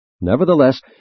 Nevertheless